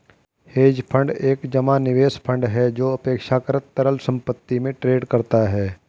hedge fund एक जमा निवेश फंड है जो अपेक्षाकृत तरल संपत्ति में ट्रेड करता है